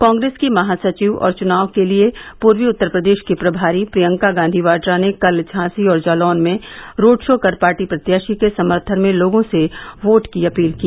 कांग्रेस की महासचिव और चुनाव के लिये पूर्वी उत्तर प्रदेश की प्रभारी प्रियंका गांधी वाड्रा ने कल झांसी और जालौन में रोड शो कर पार्टी प्रत्याशी के सम्थन में लोगों से वोट की अपील की